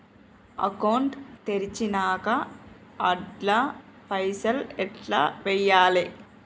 Account తెరిచినాక అండ్ల పైసల్ ఎట్ల వేయాలే?